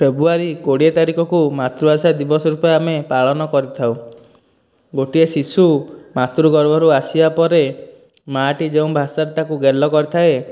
ଫେବୃଆରୀ କୋଡ଼ିଏ ତାରିଖକୁ ମାତୃଭାଷା ଦିବସ ରୂପେ ଆମେ ପାଳନ କରିଥାଉ ଗୋଟିଏ ଶିଶୁ ମାତୃଗର୍ଭରୁ ଆସିବା ପରେ ମାଁ ଟି ଯେଉଁ ଭାଷାରେ ତାକୁ ଗେଲ କରିଥାଏ